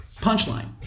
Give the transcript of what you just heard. Punchline